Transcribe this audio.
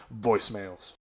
voicemails